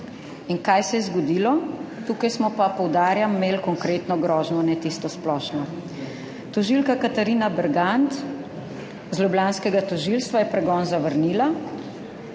In kaj se je zgodilo? Tukaj smo pa, poudarjam, imeli konkretno grožnjo, ne tiste splošne. Tožilka Katarina Bergant z ljubljanskega tožilstva je pregon zavrnila,